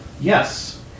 Yes